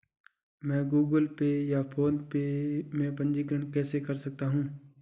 मैं Google Pay या PhonePe में पंजीकरण कैसे कर सकता हूँ?